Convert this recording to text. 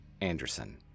Anderson